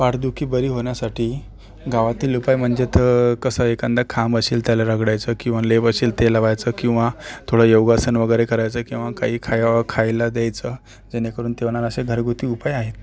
पाठदुखी बरी होण्यासाठी गावातील उपाय म्हणजे तर कसं आहे एखादा खांब असेल त्याला रगडायचं किंवा लेप असेल ते लावायचं किंवा थोडं योगासन वगैरे करायचं किंवा काही खा या खायला द्यायचं जेणेकरून ते असे घरगुती उपाय आहेत